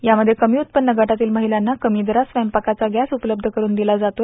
यामध्ये कमी उत्पव्न गटातील महिलांना कमी दरात स्वयंपाकाचा गॅस उपलब्ध करून दिला जाते